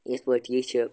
یِتھٕ پٲٹھۍ یہِ چھِ